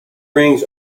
rings